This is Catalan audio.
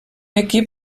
equip